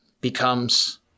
becomes